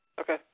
Okay